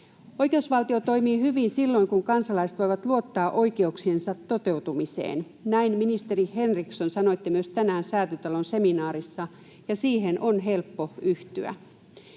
Oikeusvaltio toimii hyvin silloin, kun kansalaiset voivat luottaa oikeuksiensa toteutumiseen. Näin, ministeri Henriksson, sanoitte myös tänään Säätytalon seminaarissa, ja siihen on helppo yhtyä.